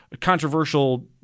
controversial